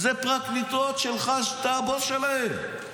זה פרקליטות שלך, שאתה הבוס שלהן.